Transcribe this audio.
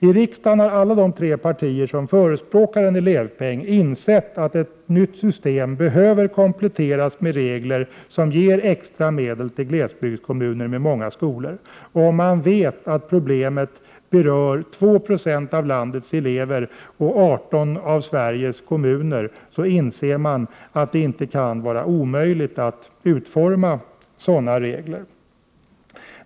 De tre partier i riksdagen som förespråkar en elevpeng har insett att ett nytt system behöver kompletteras med regler som ger extra medel till glesbygdskommuner med många skolor. Om man vet att problemet berör 2 2 av landets elever och 18 av Sveriges kommuner, inser man att det inte kan vara omöjligt att utforma sådana regler.